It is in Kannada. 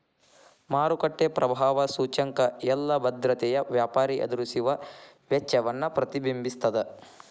ಮಾರುಕಟ್ಟೆ ಪ್ರಭಾವ ಸೂಚ್ಯಂಕ ಎಲ್ಲಾ ಭದ್ರತೆಯ ವ್ಯಾಪಾರಿ ಎದುರಿಸುವ ವೆಚ್ಚವನ್ನ ಪ್ರತಿಬಿಂಬಿಸ್ತದ